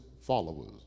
followers